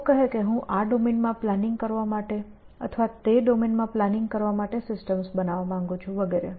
લોકો કહે કે હું આ ડોમેનમાં પ્લાનિંગ કરવા માટે અથવા તે ડોમેનમાં પ્લાનિંગ માટે સિસ્ટમ બનાવવા માંગુ છું વગેરે